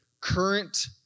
current